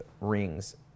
Rings